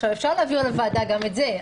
עכשיו, אפשר להביא לוועדה גם את זה.